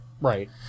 Right